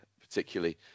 particularly